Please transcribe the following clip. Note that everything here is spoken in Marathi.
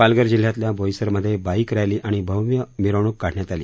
पालघर जिल्ह्यातल्या बोईसरमध्ये बाईक रक्षी आणि भव्य मिरवणूक काढण्यात आली